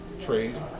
trade